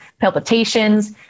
palpitations